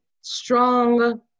strong